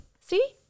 See